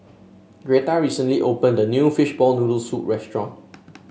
Gretta recently opened a new Fishball Noodle Soup restaurant